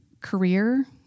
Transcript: career